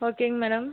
ஓகேங்க மேடம்